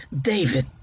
David